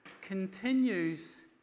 continues